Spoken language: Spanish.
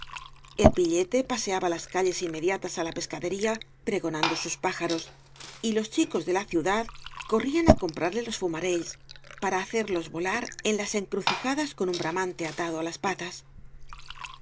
el píllete paseaba las calles in mediatas á la pescadería pregonando sus pájaros y los chicos de la ciudad corrían á comprarle los fumarells para hacerlos volar en las encrucijadas con un bramante atado á las patas